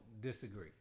disagree